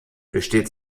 besteht